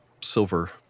silver